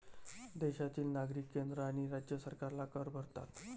देशातील नागरिक केंद्र आणि राज्य सरकारला कर भरतात